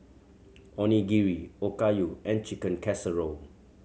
Onigiri Okayu and Chicken Casserole